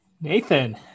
Nathan